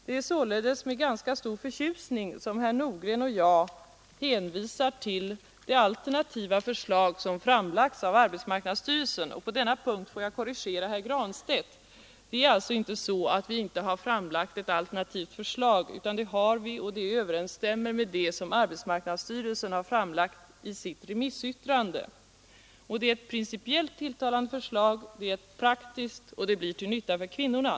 Det är således med förtjusning som herr Nordgren och jag hänvisar till det alternativa förslag som framlagts av arbetsmarknadsstyrelsen, och på denna punkt får jag korrigera herr Granstedt. Det är inte så att vi inte har framlagt något alternativt förslag. Det har vi gjort, och det överensstämmer med det som arbetsmarknadsstyrelsen framlagt i sitt remissyttrande. Det är ett principiellt tilltalande förslag, det är praktiskt och det blir till nytta för kvinnorna.